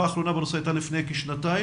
האחרונה בנושא הייתה לפני כשנתיים,